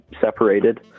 separated